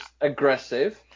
aggressive